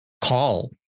call